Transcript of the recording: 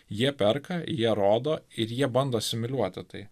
jie perka jie rodo ir jie bando asimiliuoti tai